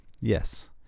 Yes